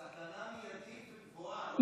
סכנה מיידית וגבוהה, לא סתם.